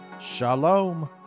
Shalom